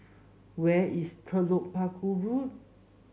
where is Telok Paku Road